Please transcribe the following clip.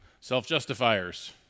self-justifiers